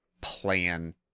plan